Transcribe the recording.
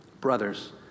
brothers